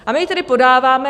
A my ji tedy podáváme.